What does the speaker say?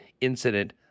incident